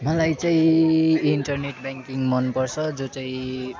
मलाई चाहिँ internet banking मनपर्छ जो चाहिँ